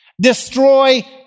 destroy